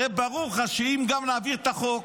הרי ברור לך שגם אם נעביר את החוק,